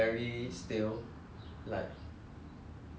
I I tried reading a book before it's called harry potter